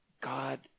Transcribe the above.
God